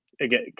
Again